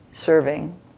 serving